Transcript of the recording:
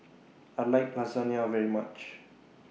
I like Lasagna very much